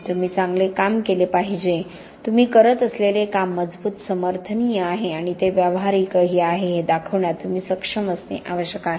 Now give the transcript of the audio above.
तुम्ही चांगले काम केले पाहिजे तुम्ही करत असलेले काम मजबूत समर्थनीय आहे आणि ते व्यावहारिकही आहे हे दाखवण्यात तुम्ही सक्षम असणे आवश्यक आहे